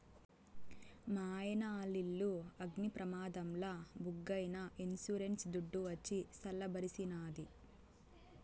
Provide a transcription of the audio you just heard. మాయన్న ఆలిల్లు అగ్ని ప్రమాదంల బుగ్గైనా ఇన్సూరెన్స్ దుడ్డు వచ్చి సల్ల బరిసినాది